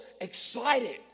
excited